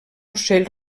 ocell